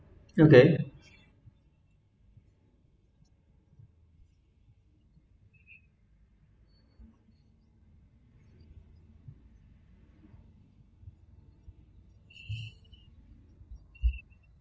okay